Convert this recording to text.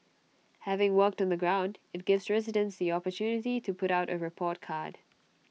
having worked on the ground IT gives residents the opportunity to put out A report card